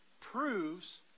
proves